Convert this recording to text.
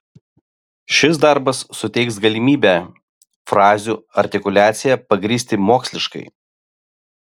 šis darbas suteiks galimybę frazių artikuliaciją pagrįsti moksliškai